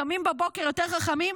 קמים בבוקר יותר חכמים,